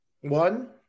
one